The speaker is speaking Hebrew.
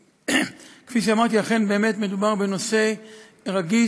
כפי שאמרתי, אכן באמת מדובר בנושא רגיש.